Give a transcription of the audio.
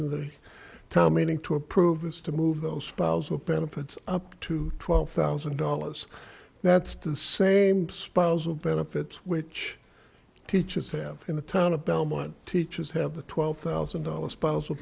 town meeting to approve this to move those spousal benefits up to twelve thousand dollars that's the same spousal benefits which teaches have in the town of belmont teachers have the twelve thousand dollars spousal